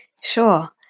Sure